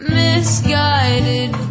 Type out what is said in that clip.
misguided